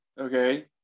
okay